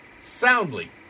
Soundly